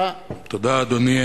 תודה, אדוני.